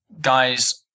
guys